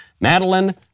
Madeline